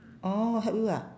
orh help you ah